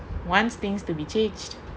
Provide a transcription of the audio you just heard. wants things to be changed